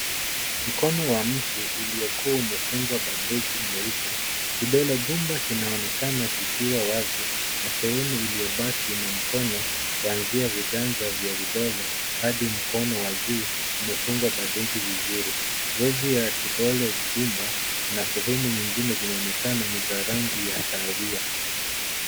Mkono wa mtu uliokuwa umefungwa bandeji nyeupe. Kidole gumba kinaonekana kikiwa wazi na sehemu iliyobaki na mkono kuanzia viganja vya vidole hadi mkono wa juu umefungwa bandeji vizuri. Ngozi ya kidole gumba na sehemu nyingine zinaonekana ni za rangi ya kahawia.